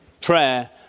prayer